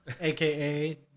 aka